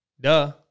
Duh